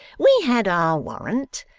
we had our warrant.